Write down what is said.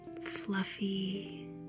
fluffy